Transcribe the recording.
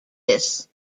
this